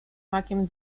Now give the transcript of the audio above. makiem